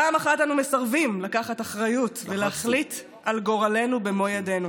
פעם אחת אנו מסרבים לקחת אחריות ולהחליט על גורלנו במו ידינו